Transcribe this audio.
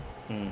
mm